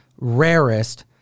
rarest